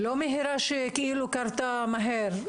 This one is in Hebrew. לא מהירה שהיא קרתה מהר,